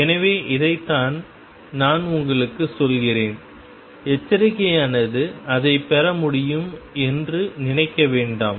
எனவே இதைத்தான் நான் உங்களுக்குச் சொல்கிறேன் எச்சரிக்கையானது அதைப் பெற முடியும் என்று நினைக்க வேண்டாம்